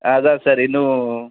அதான் சார் இன்னும்